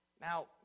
Now